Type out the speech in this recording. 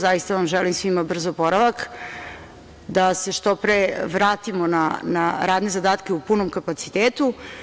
Zaista vam želim svima brz oporavak, da se što pre vratimo na radne zadatke u punom kapacitetu.